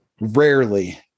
rarely